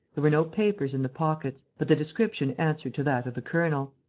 there were no papers in the pockets. but the description answered to that of the colonel.